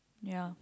ya